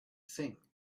thing